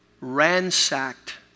ransacked